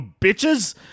bitches